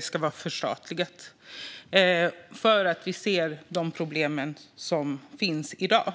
ska vara förstatligat eftersom vi ser de problem som finns i dag.